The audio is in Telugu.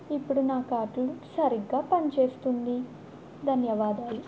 ఇప్పుడు నా కార్ట్ సరిగ్గా పనిచేస్తుంది ధన్యవాదాలు